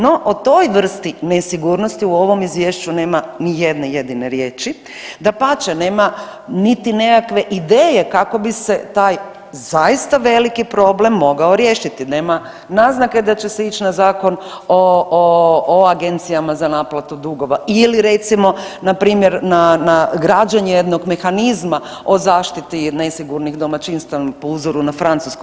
No o toj vrsti nesigurnosti u ovom izvješću nema ni jedne jedine riječi, dapače nema niti nekakve ideje kako bi se taj zaista veliki problem mogao riješiti, nema naznake da će se ići na Zakon o agencijama za naplatu dugova ili recimo npr. na građenje jednog mehanizma o zaštiti nesigurnih domaćinstva po uzoru na Francusku.